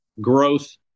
growth